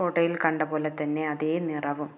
ഫോട്ടോയിൽ കണ്ട പോലെ തന്നെ അതേ നിറവും